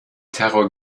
terror